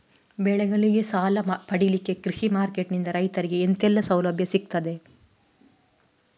ಬೆಳೆಗಳಿಗೆ ಸಾಲ ಪಡಿಲಿಕ್ಕೆ ಕೃಷಿ ಮಾರ್ಕೆಟ್ ನಿಂದ ರೈತರಿಗೆ ಎಂತೆಲ್ಲ ಸೌಲಭ್ಯ ಸಿಗ್ತದ?